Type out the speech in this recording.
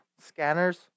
Scanners